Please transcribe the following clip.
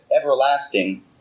everlasting